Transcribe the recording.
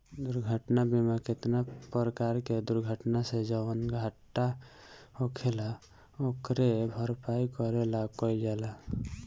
दुर्घटना बीमा केतना परकार के दुर्घटना से जवन घाटा होखेल ओकरे भरपाई करे ला कइल जाला